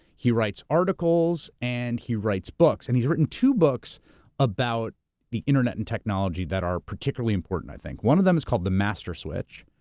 he writes articles and he writes books, and he's written two books about the internet and technology that are particularly important, i think. one of them is called the master switch,